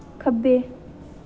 खब्बे